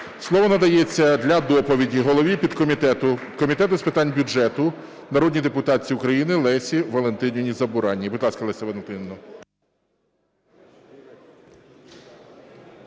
Слово надається для доповіді голові підкомітету Комітету з питань бюджету, народній депутатці України Лесі Валентинівні Забуранній.